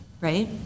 right